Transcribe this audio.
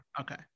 Okay